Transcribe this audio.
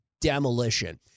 demolition